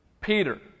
Peter